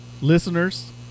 listeners